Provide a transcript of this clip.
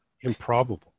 improbable